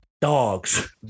dogs